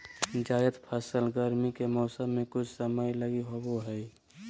जायद फसल गरमी के मौसम मे कुछ समय लगी ही होवो हय